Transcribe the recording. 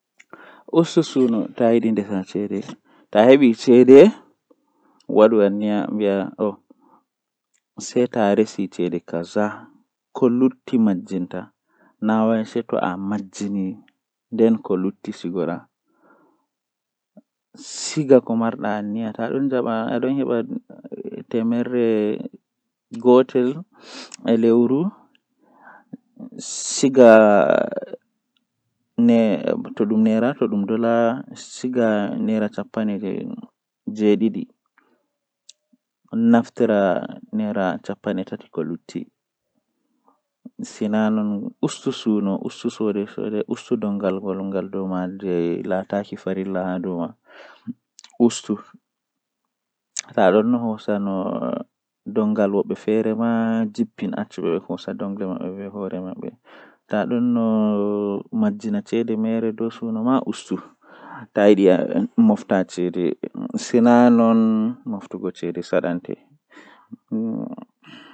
Nomi heɓirta sobiraaɓe tomi yahi babal kesum mi tokkan wurtaago mi nasta nder himɓe mi jooɗa mi hiira be mabɓe, Mi tokkaa yahugo ci'e laarugo fijirle mi tokka yahugo babal bukiiji mi tokka mi joɗa jam be himɓe.